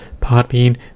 Podbean